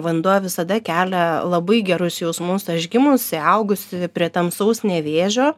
vanduo visada kelia labai gerus jausmus aš gimusi augusi prie tamsaus nevėžio